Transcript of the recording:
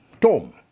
tom